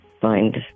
find